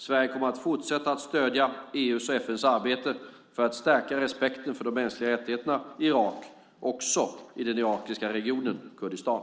Sverige kommer att fortsätta stödja EU:s och FN:s arbete för att stärka respekten för de mänskliga rättigheterna i Irak, också i den irakiska regionen Kurdistan.